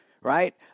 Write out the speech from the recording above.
right